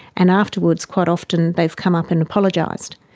and afterwards quite often they've come up and apologised.